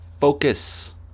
focus